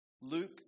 Luke